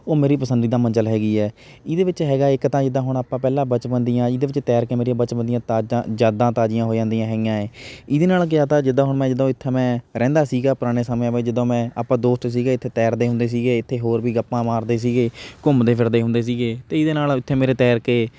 ਉਹ ਮੇਰੀ ਪਸੰਦੀਦਾ ਮੰਜਲ ਹੈਗੀ ਹੈ ਇਹਦੇ ਵਿੱਚ ਹੈਗਾ ਏ ਇੱਕ ਤਾਂ ਜਿੱਦਾਂ ਹੁਣ ਆਪਾਂ ਪਹਿਲਾਂ ਬਚਪਨ ਦੀਆਂ ਇਹਦੇ ਵਿੱਚ ਤੈਰ ਕੇ ਮੇਰੀਆਂ ਬਚਪਨ ਦੀਆਂ ਤਾਜ਼ਾ ਯਾਦਾਂ ਤਾਜ਼ੀਆਂ ਹੋ ਜਾਂਦੀਆਂ ਹੈਗੀਆਂ ਏ ਇਹਦੇ ਨਾਲ਼ ਕਿਆ ਤਾ ਜਿੱਦਾਂ ਹੁਣ ਮੈਂ ਜਦੋਂ ਇੱਥੇ ਮੈਂ ਰਹਿੰਦਾ ਸੀਗਾ ਪੁਰਾਣੇ ਸਮਿਆਂ ਮਾ ਜਦੋਂ ਮੈਂ ਆਪਾਂ ਦੋਸਤ ਸੀਗੇ ਇੱਥੇ ਤੈਰਦੇ ਹੁੰਦੇ ਸੀਗੇ ਇੱਥੇ ਹੋਰ ਵੀ ਗੱਪਾਂ ਮਾਰਦੇ ਸੀਗੇ ਘੁੰਮਦੇ ਫਿਰਦੇ ਹੁੰਦੇ ਸੀਗੇ ਅਤੇ ਇਹਦੇ ਨਾਲ਼ ਇੱਥੇ ਮੇਰੇ ਤੈਰ ਕੇ